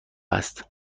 است